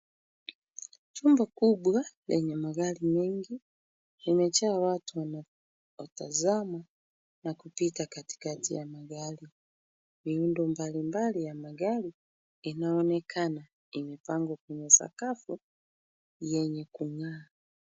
Chumba kubwa lenye magari mengi, limejaa watu wanaotazama na kupita katikati ya magari. Miundo mbalimbali ya magari inaonekana imepangwa kwenye sakafu yenye kung'aa.